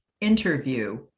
interview